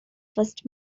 first